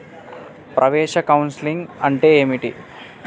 ప్రవేశ కౌన్సెలింగ్ అంటే ఏమిటి?